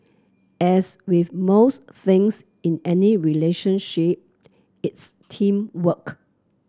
as with most things in any relationship it's teamwork